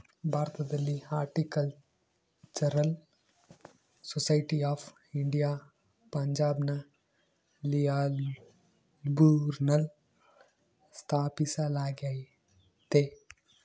ಭಾರತದಲ್ಲಿ horticultural society of India ಪಂಜಾಬ್ನ ಲಿಯಾಲ್ಪುರ್ನಲ್ಲ ಸ್ಥಾಪಿಸಲಾಗ್ಯತೆ